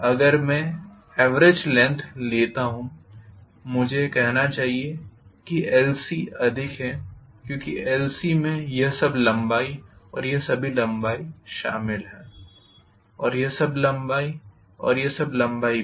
अगर मैं average length लेता हूँ मुझे कहना चाहिए कि lc अधिक है क्योंकि lc में यह सब लंबाई और यह सभी लंबाई शामिल है और यह सब लंबाई और यह सब लंबाई भी